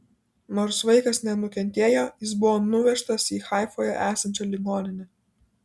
nors vaikas nenukentėjo jis buvo nuvežtas į haifoje esančią ligoninę